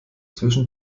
zwischen